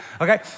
okay